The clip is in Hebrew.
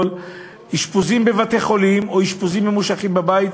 אשפוזים בבתי-חולים או אשפוזים ממושכים בבית,